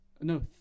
no